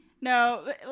no